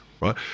Right